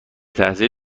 تحسین